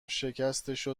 شکستشو